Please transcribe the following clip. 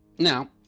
Now